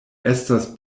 estas